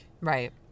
Right